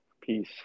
Peace